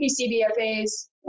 PCBFA's